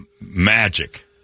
magic